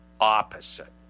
opposite